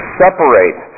separate